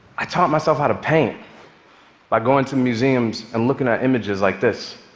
i taught myself how to paint by going to museums and looking at images like this.